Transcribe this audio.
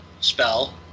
spell